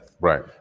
right